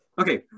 Okay